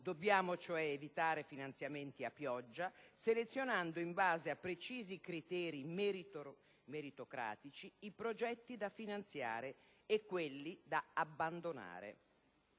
Dobbiamo cioè evitare finanziamenti a pioggia, selezionando in base a precisi criteri meritocratici i progetti da finanziare e quelli da abbandonare.